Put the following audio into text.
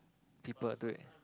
people had to wait